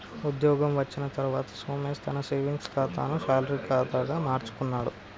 ఉద్యోగం వచ్చిన తర్వాత సోమేశ్ తన సేవింగ్స్ కాతాను శాలరీ కాదా గా మార్చుకున్నాడు